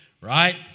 right